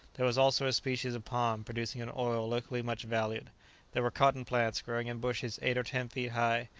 there was also a species of palm producing an oil locally much valued there were cotton-plants growing in bushes eight or ten feet high,